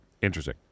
Interesting